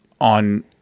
on